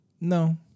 No